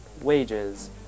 wages